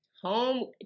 home